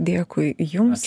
dėkui jums